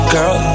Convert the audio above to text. Girl